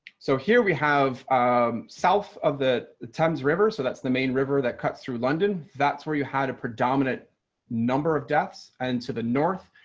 so here we have um south of the thames river. so that's the main river that cuts through london. that's where you had a predominant number of deaths and to the north,